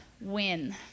win